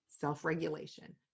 self-regulation